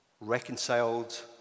reconciled